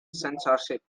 censorship